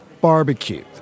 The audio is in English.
Barbecue